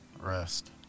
Rest